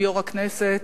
יושב-ראש הכנסת,